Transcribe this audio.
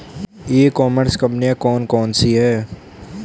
ई commerce कंपनियाँ कौन कौन सी हैं?